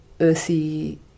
earthy